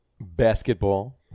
basketball